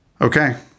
Okay